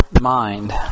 mind